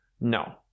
no